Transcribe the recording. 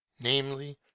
namely